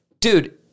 dude